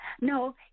No